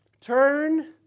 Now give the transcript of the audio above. Turn